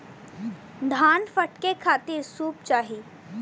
धान फटके खातिर सूप चाही